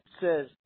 says